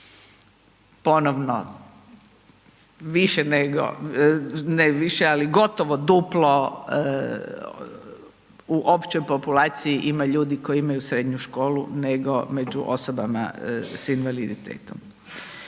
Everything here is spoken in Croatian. ponovno, više nego, ne više, ali gotovo duplo u općoj populaciji ima ljudi koji imaju srednju školu nego među osobama sa invaliditetom.